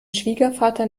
schwiegervater